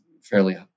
fairly